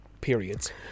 periods